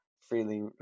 freely